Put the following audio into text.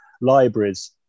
libraries